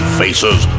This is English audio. faces